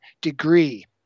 degree